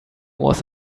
was